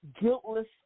guiltless